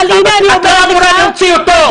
אבל הינה אני אומרת --- את לא אמורה להוציא אותו,